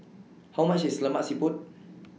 How much IS Lemak Siput